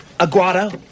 Aguado